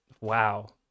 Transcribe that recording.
wow